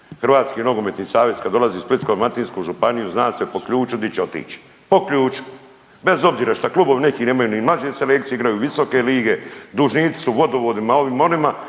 Hrvatski nogometni savez kad dolazi u Splitsko-dalmatinsku županiju zna se po ključu di će otić, po ključu bez obzira šta klubovi neki nemaju ni mlađe selekcije, igraju visoke lige. Dužnici su vodovodima, ovima, onima.